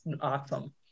awesome